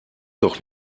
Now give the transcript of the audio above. doch